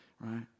right